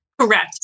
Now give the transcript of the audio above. Correct